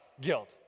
guilt